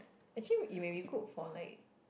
actually it may be good for like